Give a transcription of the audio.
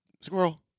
squirrel